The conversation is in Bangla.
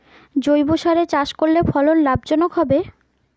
জৈবসারে চাষ করলে ফলন লাভজনক হবে?